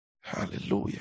Hallelujah